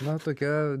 na tokia